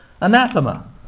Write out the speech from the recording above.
Anathema